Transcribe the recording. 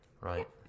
Right